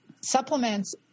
supplements